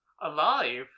Alive